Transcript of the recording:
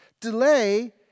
Delay